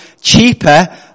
cheaper